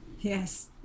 Yes